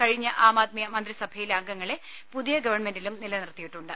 കഴിഞ്ഞ ആംആദ്മി മന്ത്രിസഭയിലെ അംഗങ്ങളെ പുതിയഗവൺമെന്റിലും നിലനിർത്തിയിട്ടുണ്ട്